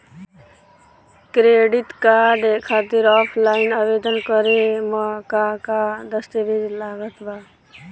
Credit card खातिर offline आवेदन करे म का का दस्तवेज लागत बा?